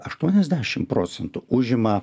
aštuoniasdešimt procentų užima